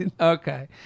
Okay